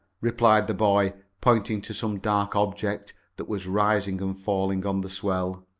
replied the boy, pointing to some dark object that was rising and falling on the swell.